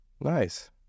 Nice